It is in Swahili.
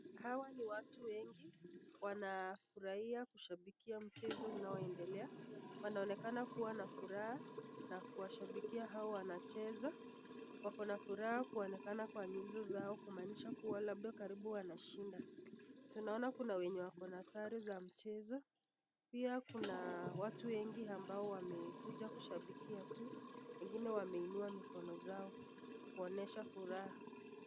Hawa ni watu wengi. Wanafurahia kushabikia mchezo unaoendelea. Wanaonekana kuwa na furaha na kuwashabikia hao wanacheza. Wako na furaha kuonekana kwa nyuso zao kumaanisha kuwa labda karibu wanashinda. Tunaona kuna wenye wako na sare za mchezo. Pia, kuna watu wengi ambao wamekuja kushabikia tu. Wengine wameinua mikono zao kuonyesha furaha.